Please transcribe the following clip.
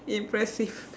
impressive